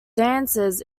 dancers